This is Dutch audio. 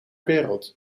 wereld